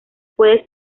puede